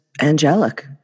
angelic